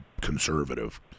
conservative